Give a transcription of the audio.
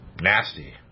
Nasty